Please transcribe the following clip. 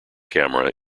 camera